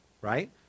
right